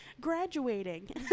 graduating